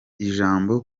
ijambo